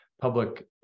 public